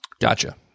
Gotcha